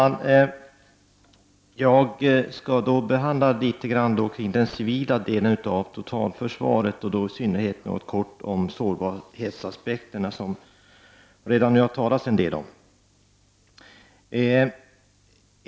Herr talman! Jag skall ta upp den civila delen av totalförsvaret, och i synnerhet sårbarhetsaspekterna, vilka det redan har talats en del om.